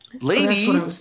Lady